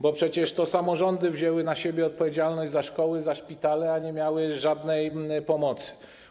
Po przecież to samorządy wzięły na siebie odpowiedzialność za szkoły, za szpitale, a nie miały żadnej pomocy.